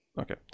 okay